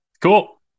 Cool